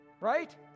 Right